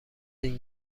این